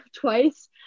twice